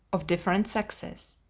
of different sexes.